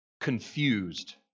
confused